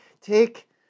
Take